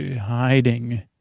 hiding